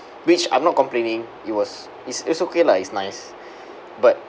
which I'm not complaining it was it's it's okay lah it's nice but